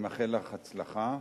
אני מאחל לך הצלחה,